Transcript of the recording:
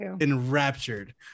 enraptured